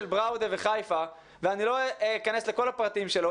בראודה וחיפה ולא אכנס לכל הפרטים שלו,